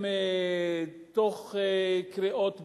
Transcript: הם, תוך קריאות ביניים,